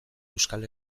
euskal